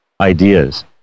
ideas